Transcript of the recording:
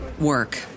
work